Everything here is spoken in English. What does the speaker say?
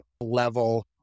level